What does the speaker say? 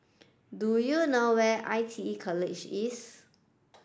do you know where is I T E College East